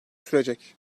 sürecek